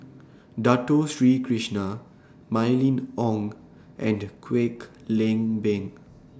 Dato Sri Krishna Mylene Ong and Kwek Leng Beng